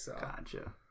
Gotcha